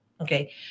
okay